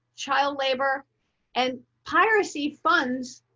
child labor and piracy funds,